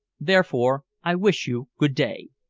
therefore i wish you good-day.